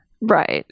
Right